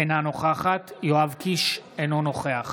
אינה נוכחת יואב קיש, אינו נוכח